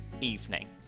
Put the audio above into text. evening